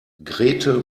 grete